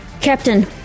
Captain